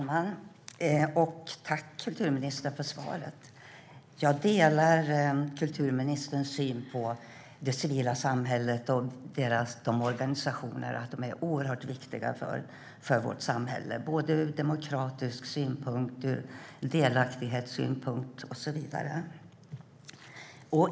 Herr talman! Jag tackar kulturministern för svaret. Jag delar kulturministerns syn på det civila samhället och dess organisationer. De är oerhört viktiga för vårt samhälle, ur demokratisk synpunkt, ur delaktighetssynpunkt och så vidare.